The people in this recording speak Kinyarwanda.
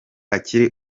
akiri